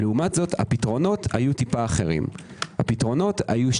לעומת זאת, הפתרונות היו טיפה אחרים.